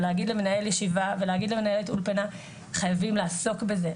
ולהגיד למנהל ישיבה ולהגיד למנהלת אולפנה חייבים לעסוק בזה,